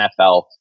NFL